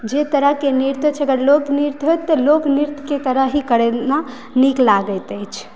जे तरहके नृत्य छै ओकर लोकनृत्य होइत तऽ लोकनृत्य की तरह ही करना नीक लागैत अछि